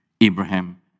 Abraham